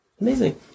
Amazing